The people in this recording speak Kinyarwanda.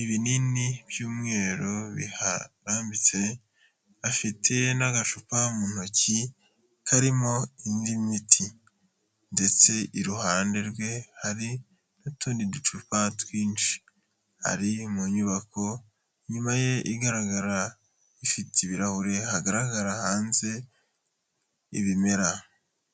ibinini by'umweru biharambitse, afite n'agacupa mu ntoki karimo indi miti ndetse iruhande rwe hari n'utundi ducupa twinshi. Hari mu nyubako inyuma ye igaragara, ifite ibirahure, hagaragarara hanze ibimera.